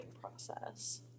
process